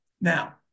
Now